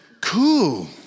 cool